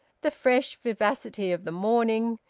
the fresh vivacity of the morning,